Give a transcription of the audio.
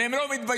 והם לא מתביישים.